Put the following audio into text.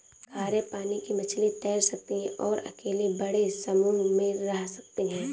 खारे पानी की मछली तैर सकती है और अकेले बड़े समूह में रह सकती है